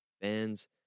fans